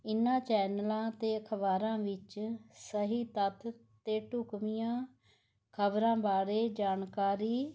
ਇਹਨਾਂ ਚੈਨਲਾਂ ਅਤੇ'ਅਖਬਾਰਾਂ ਵਿੱਚ ਸਹੀ ਤੱਥ ਤੇ ਢੁਕਵੀਆਂ ਖਬਰਾਂ ਬਾਰੇ ਜਾਣਕਾਰੀ